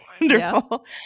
wonderful